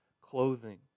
clothing